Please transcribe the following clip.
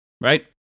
right